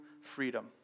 freedom